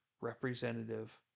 representative